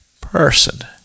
person